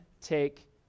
take